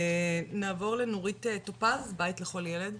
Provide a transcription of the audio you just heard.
נעבור לנורית טופז, בית לכל ילד.